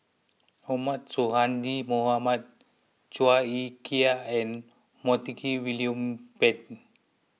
Ahmad Sonhadji Mohamad Chua Ek Kay and Montague William Pett